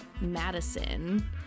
Madison